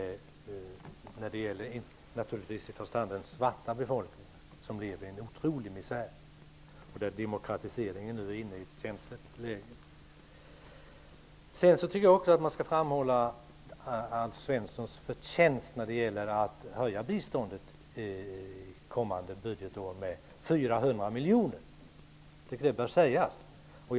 Detta gäller i första hand den svarta befolkningen, som lever i en oerhörd misär. Demokratiseringen är ju nu inne i ett känsligt läge. Jag tycker att man skall framhålla Alf Svenssons insats när det gäller att höja biståndet med 400 miljoner det kommande budgetåret.